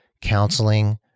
counseling